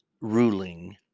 ruling